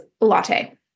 latte